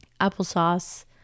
applesauce